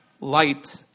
Light